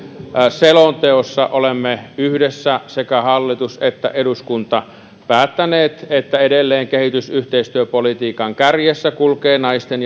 selonteossa olemme yhdessä sekä hallitus että eduskunta päättäneet että edelleen kehitysyhteistyöpolitiikan kärjessä kulkevat naisten